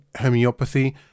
homeopathy